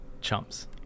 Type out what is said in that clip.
chumps